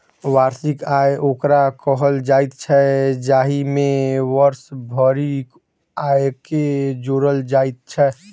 वार्षिक आय ओकरा कहल जाइत छै, जाहि मे वर्ष भरिक आयके जोड़ल जाइत छै